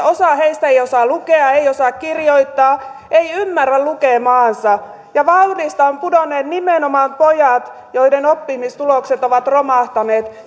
osa ei osaa lukea ei osaa kirjoittaa ei ymmärrä lukemaansa ja vauhdista ovat pudonneet nimenomaan pojat joiden oppimistulokset ovat romahtaneet